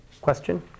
Question